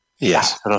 yes